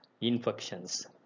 infections